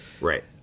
right